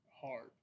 hard